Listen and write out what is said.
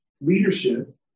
leadership